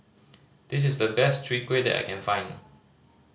this is the best Chwee Kueh that I can find